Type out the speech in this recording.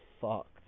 fucked